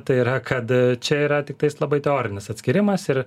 tai yra kad čia yra tiktai labai teorinis atskyrimas ir